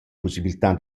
pussibiltà